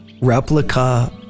replica